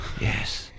Yes